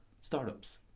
startups